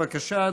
בבקשה,